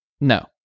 no